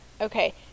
Okay